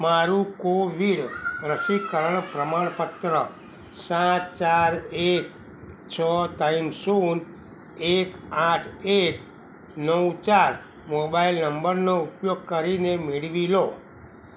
મારું કોવિન રસીકરણ પ્રમાણપત્ર સાત ચાર એક છ ત્રણ શૂન એક આઠ એક નવ ચાર મોબાઈલ નંબરનો ઉપયોગ કરીને મેળવી લો